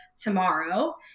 tomorrow